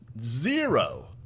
zero –